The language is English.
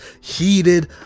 heated